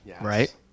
right